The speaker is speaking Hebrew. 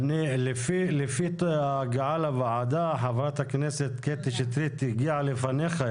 לפי ההגעה לוועדה חברת הכנסת קטי שטרית הגיעה לפניך,